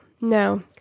No